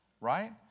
right